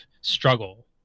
struggle